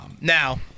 Now